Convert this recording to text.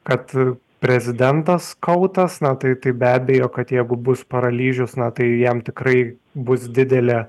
kad prezidentas kautas na tai tai be abejo kad jeigu bus paralyžius na tai jam tikrai bus didelė